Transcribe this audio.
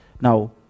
Now